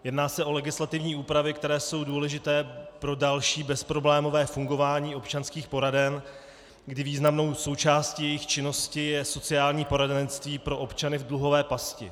Jedná se o legislativní úpravy, které jsou důležité pro další bezproblémové fungování občanských poraden, kdy významnou součástí jejich činnosti je sociální poradenství pro občany v dluhové pasti.